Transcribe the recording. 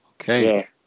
Okay